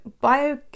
bio